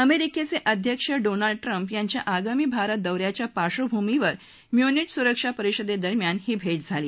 अमेरिकेचे अध्यक्ष Donald Trump यांच्या आगामी भारत दौऱ्याच्या पार्डभूमीवर म्युनिच सुरक्षा परिषदे दरम्यान ही भेट झाली